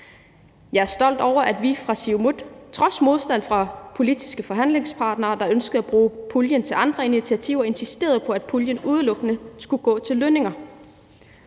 Jeg er stolt over, at vi fra Siumut trods modstand fra politiske forhandlingspartnere, der ønskede at bruge puljen til andre initiativer, insisterede på, at puljen udelukkende skulle gå til lønninger,